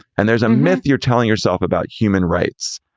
and there's a myth you're telling yourself about human rights,